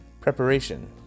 preparation